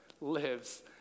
lives